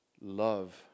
love